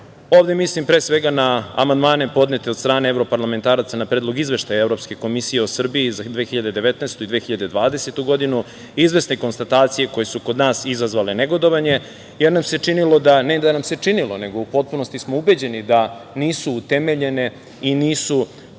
ovde mislim na amandmane podnete od strane evroparlamentaraca na Predlog izveštaja Evropske komisije o Srbiji za 2019. i 2020. godinu, izvesne konstatacije koje su kod nas izazvale negodovanje, jer nam se činilo, ne, da nam se činilo, nego u potpunosti smo ubeđeni da nisu utemeljene i nisu